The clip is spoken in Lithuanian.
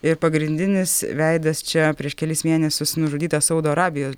ir pagrindinis veidas čia prieš kelis mėnesius nužudytas saudo arabijos